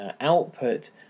output